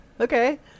Okay